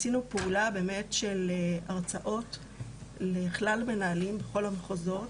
עשינו פעולה של הרצאות לכלל המנהלים בכל המחוזות,